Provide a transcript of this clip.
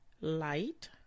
Light